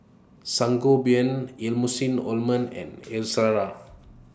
Sangobion Emulsying Ointment and Ezerra